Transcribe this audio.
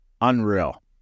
unreal